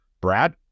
Brad